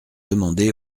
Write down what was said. demandé